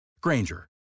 Granger